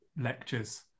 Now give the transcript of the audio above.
lectures